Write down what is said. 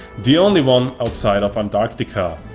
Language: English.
the only one outside of antarctica.